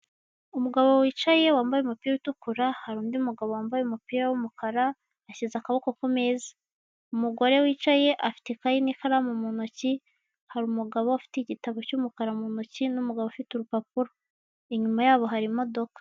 Umugabo wicaye, wambaye umupira utukura hari undi mugabo wambaye umupira w'umukara yashyize akaboko ku meza, umugore wicaye afite ikaye n'ikaramu mu ntoki, hari umugabo ufite igitabo cy'umukara mu ntoki n'umugabo ufite urupapuro, inyuma yaho hari imodoka.